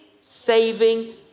saving